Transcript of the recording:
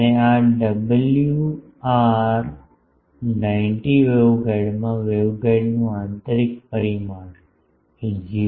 અને આ ડબલ્યુઆર 90 વેવગાઇડમાં વેવગાઇડનું આંતરિક પરિમાણ એ 0